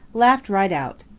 laughed right out.